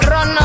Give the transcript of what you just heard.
Run